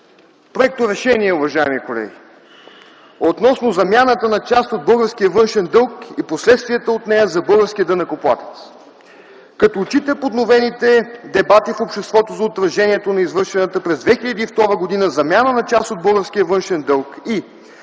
Проект за „РЕШЕНИЕ относно замяната на част от българския външен дълг и последствията от нея за българския данъкоплатец. Като отчита подновените дебати в обществото за отражението на извършената през 2002 г. замяна на част от българския външен дълг и